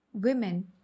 Women